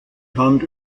hand